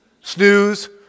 Snooze